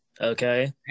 okay